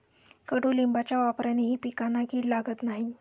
कडुलिंबाच्या वापरानेही पिकांना कीड लागत नाही